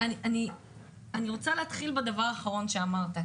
אני רוצה להתחיל עם הדבר האחרון שאמרת,